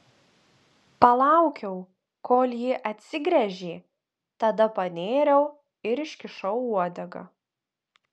palaukiau kol ji atsigręžė tada panėriau ir iškišau uodegą